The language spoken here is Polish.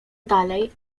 dalej